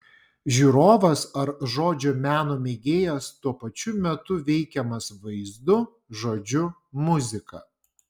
žiūrovas ar žodžio meno mėgėjas tuo pačiu metu veikiamas vaizdu žodžiu muzika